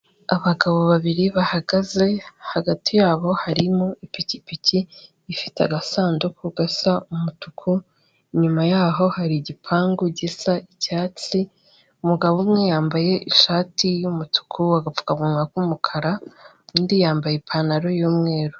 Abagabo babiri bahagaze hagati yabo harimo ipikipiki ifite agasanduku gasa umutuku, inyuma yaho hari igipangu gisa icyatsi, umugabo umwe yambaye ishati y'umutuku agapfukamunwa k'umukara undi yambaye ipantaro y'umweru.